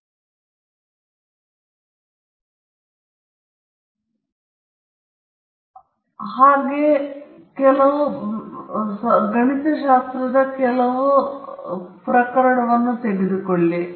ಇಥ್ i plus epsilon i ಗೆ ಸಮಾನವಾದ ith run ಯಿಗಾಗಿ ನೀವು ಪ್ರತಿಕ್ರಿಯೆಯನ್ನು ಹೊಂದಿರುವ ಸರಳವಾದ ಪ್ರಕರಣವನ್ನು ನಾವು ತೆಗೆದುಕೊಳ್ಳೋಣ